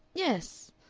yes.